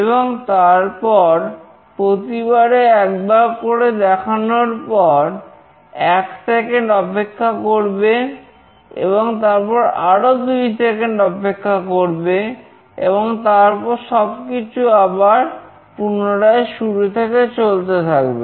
এবং তারপর প্রতিবারে একবার করে দেখানোর পর 1 সেকেন্ড অপেক্ষা করবে এবং তারপর সবকিছু আবার পুনরায় শুরু থেকে চলতে থাকবে